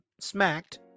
smacked